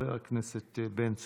חבר הכנסת בן צור.